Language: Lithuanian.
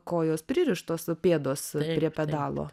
kojos pririštos o pėdos prie pedalo